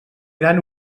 gran